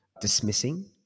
dismissing